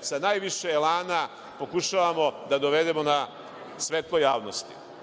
sa najviše elana pokušavamo da dovedemo na svetlo javnosti.